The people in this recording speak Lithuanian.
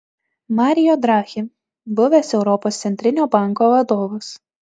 mario draghi buvęs europos centrinio banko vadovas